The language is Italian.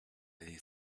degli